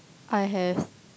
I have